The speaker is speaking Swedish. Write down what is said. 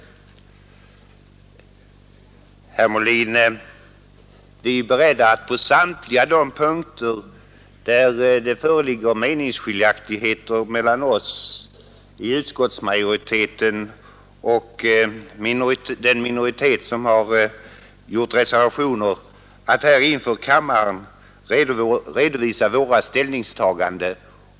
Vi är beredda, herr Molin, att på samtliga de punkter, där det föreligger meningsskiljaktigheter mellan utskottsmajoriteten och den minoritet som har gjort reservationer, inför kammaren redovisa våra ställningstaganden.